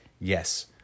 Yes